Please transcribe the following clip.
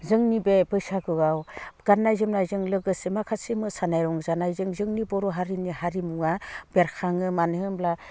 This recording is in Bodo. जोंनि बे बैसागुआव गाननाय जोमनायजों लोगोसे माखासे मोसानाय रंजानायजों जोंनि बर' हारिनि हारिमुआ बेरखाङो मानो होनोब्ला